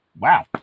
Wow